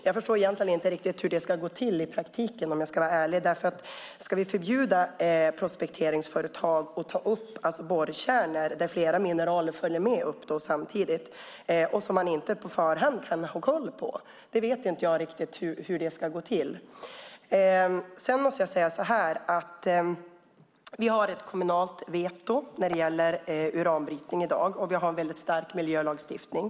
Jag förstår egentligen inte riktigt hur det ska gå till i praktiken, om jag ska vara ärlig. Ska vi förbjuda prospekteringsföretag att ta upp borrkärnor där flera mineraler följer med upp samtidigt? Det kan man inte ha koll på i förhand. Jag vet inte riktigt hur det ska gå till. Vi har ett kommunalt veto när det gäller uranbrytning i dag. Vi har också en stark miljölagstiftning.